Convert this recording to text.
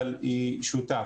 אבל היא שותף.